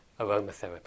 aromatherapy